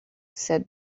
said